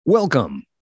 Welcome